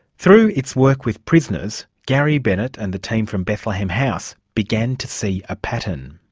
through its work with prisoners, gary bennett and the team from bethlehem house began to see a pattern.